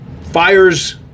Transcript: fires